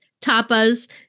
tapas